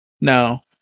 No